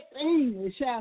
English